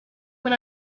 when